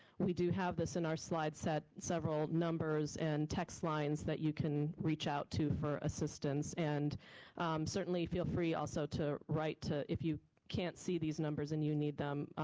we do have this in our slide set, several numbers and text lines that you can reach out to for assistance, and certainly feel free also to write to if you can't see these numbers and you need them,